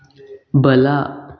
ಬಲ